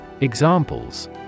Examples